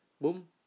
Boom